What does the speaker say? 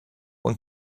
one